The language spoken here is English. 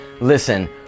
Listen